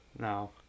No